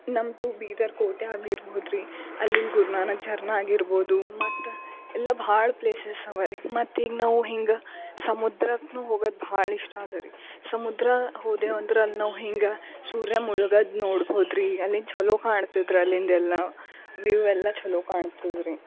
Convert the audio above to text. ನಂಪು ಬೀದರ ಕೋಟೆ ಆಗಿರಬೋದು ರಿ ಅಲ್ಲಿಯ ಗುರುನಾನಕ್ ಝರನಾ ಆಗಿರಬೋ ಮತ್ತು ಎಲ್ಲ ಭಾಳ ಪ್ಲೇಸಸ್ ಇವೆ ರಿ ಮತ್ತೆ ಈಗ ನಾವು ಹಿಂಗ ಸಮುದ್ರಕ್ಕೂ ಹೋಗೋಕ್ಕೆ ಭಾಳ ಇಷ್ಟ ಇದೆ ರೀ ಸಮುದ್ರ ಹೋದೆವು ಅಂದ್ರೆ ಅಲ್ಲಿ ನಾವು ಹಿಂಗ ಸೂರ್ಯ ಮುಳುಗೋದು ನೋಡಬೋದುರಿ ಅಲ್ಲಿಂದ ಚೆಲೋ ಕಾಣ್ತಿದ್ರೆ ಅಲ್ಲಿಂದೆಲ್ಲ ವ್ಯೂವ್ ಎಲ್ಲ ಚೆಲೋ ಕಾಣ್ತದೆ ರಿ